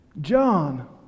John